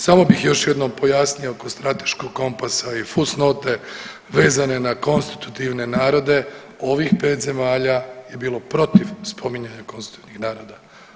Samo bih još jednom pojasnio oko strateškog kompasa i fus note vezane na konstitutivne narode, ovih 5 zemalja je bilo protiv spominjanja konstitutivnih naroda.